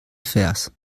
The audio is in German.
vers